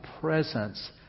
presence